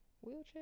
Wheelchair